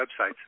websites